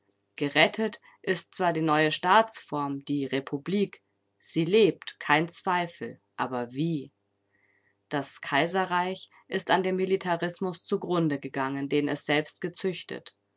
gerettet ist zwar die neue staatsform die republik sie lebt kein zweifel aber wie das kaiserreich ist an dem militarismus zugrunde gegangen den es selbst gezüchtet